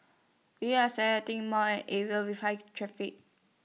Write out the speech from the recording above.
we are selecting areas with high traffic